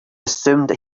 assumed